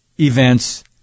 Events